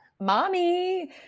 Mommy